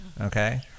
okay